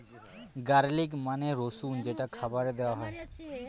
garlic মানে রসুন যেটা খাবারে দেওয়া হয়